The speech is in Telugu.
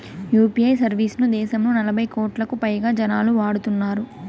యూ.పీ.ఐ సర్వీస్ ను దేశంలో నలభై కోట్లకు పైగా జనాలు వాడుతున్నారు